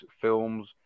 films